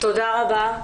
תודה רבה.